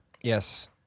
yes